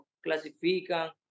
clasifican